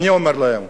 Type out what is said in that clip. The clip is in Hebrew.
אני אומר להם: